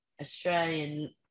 Australian